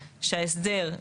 שההסדר,